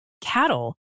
cattle